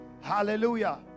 Hallelujah